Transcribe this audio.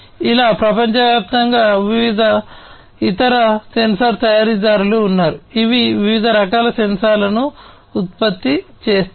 ఇలా ప్రపంచవ్యాప్తంగా వివిధ ఇతర సెన్సార్ తయారీదారులు ఉన్నారు ఇవి వివిధ రకాల సెన్సార్లను ఉత్పత్తి చేస్తాయి